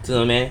真的 meh